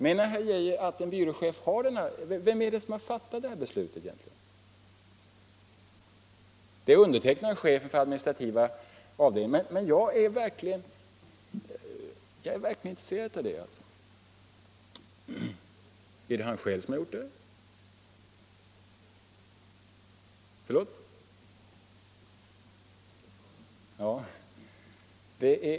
Vem är det som har fattat detta beslut egentligen? Det är undertecknat ”chefen för administrativa avdelningen”. Jag är verkligen intresserad av att veta det. Är det han själv som har undertecknat det?